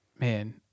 man